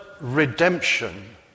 redemption